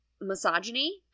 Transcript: misogyny